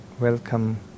welcome